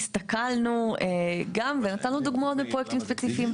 הסתכלנו גם ונתנו דוגמאות מפרויקטים ספציפיים.